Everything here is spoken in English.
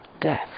death